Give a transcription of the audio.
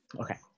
okay